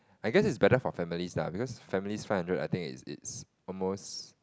I guess is better for families lah because families five hundred I think it's it's almost